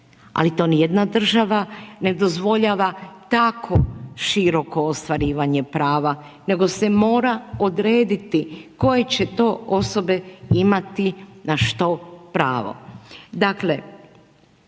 ali to ni jedna država ne dozvoljava tako široko ostvarivanje prava nego se mora odrediti koje će to osobe imati na što pravo.